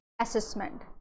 assessment